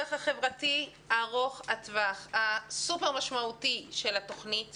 הערך החברתי ארוך-הטווח הסופר-משמעותי של תוכנית